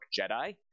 Jedi